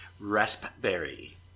Raspberry